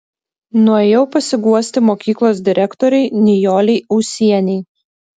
nuėjau pasiguosti mokyklos direktorei nijolei ūsienei